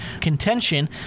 contention